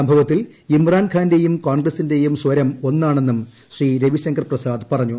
സംഭവത്തിൽ ഇമ്രാൻഖാന്റെയും കോൺഗ്രസിന്റെയും സ്വരം ഒന്നാണെന്നും ശ്രീ രവിശങ്കർ പ്രസാദ് പറഞ്ഞു